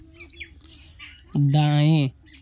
दाएँ